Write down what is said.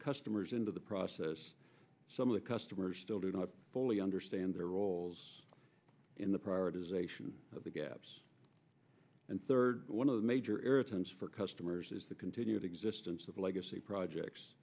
customers into the process some of the customers still do not fully understand their roles in the prioritization of the gaps and third one of the major irritants for customers is the continued existence of legacy projects